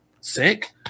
Sick